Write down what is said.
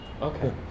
Okay